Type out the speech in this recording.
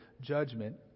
judgment